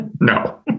no